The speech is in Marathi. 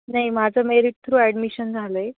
नाही माझं मेरीट थ्रू ॲडमिशन झालं आहे